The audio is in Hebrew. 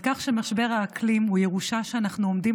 על כך שמשבר האקלים הוא ירושה שאנחנו עומדים